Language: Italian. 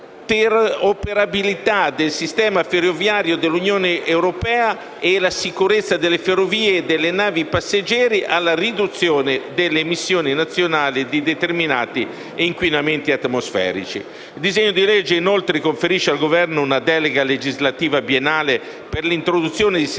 dall'interoperabilità del sistema ferroviario dell'Unione europea e dalla sicurezza delle ferrovie e delle navi passeggeri alla riduzione delle emissioni nazionali di determinati inquinanti atmosferici. Il disegno di legge, inoltre, conferisce al Governo una delega legislativa biennale per l'introduzione di sanzioni